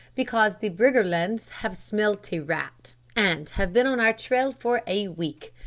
because the briggerlands have smelt a rat, and have been on our trail for a week.